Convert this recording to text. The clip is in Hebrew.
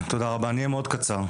תודה, אני אהיה מאד קצר.